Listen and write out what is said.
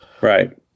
Right